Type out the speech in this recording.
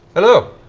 hello.